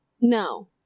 No